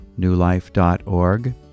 newlife.org